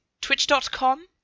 twitch.com